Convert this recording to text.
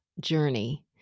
journey